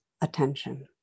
attention